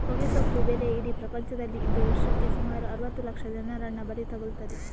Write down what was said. ಹೊಗೆಸೊಪ್ಪು ಬೆಳೆ ಇಡೀ ಪ್ರಪಂಚದಲ್ಲಿ ಇದ್ದು ವರ್ಷಕ್ಕೆ ಸುಮಾರು ಅರುವತ್ತು ಲಕ್ಷ ಜನರನ್ನ ಬಲಿ ತಗೊಳ್ತದೆ